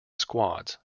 squads